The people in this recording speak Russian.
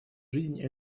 жизнь